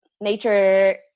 nature